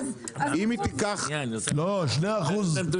התשע"א-2011,